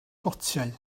gotiau